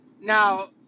Now